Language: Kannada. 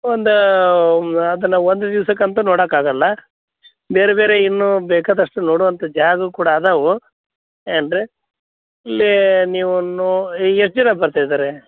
ಒಂದು ಅದನ್ನು ಒಂದು ದಿವ್ಸಕ್ಕಂತೂ ನೋಡೋಕ್ಕಾಗಲ್ಲ ಬೇರೆ ಬೇರೆ ಇನ್ನೂ ಬೇಕಾದಷ್ಟು ನೋಡುವಂಥ ಜಾಗ ಕೂಡ ಅದಾವೆ ಏನು ರೀ ಇಲ್ಲಿ ನೀವು ನೊ ಈಗ ಎಷ್ಟು ಜನ ಬರ್ತಾ ಇದ್ದಾರೆ